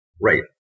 Right